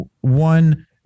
one